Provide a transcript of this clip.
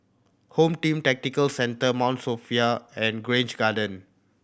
Home Team Tactical Centre Mount Sophia and Grange Garden